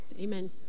Amen